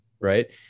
Right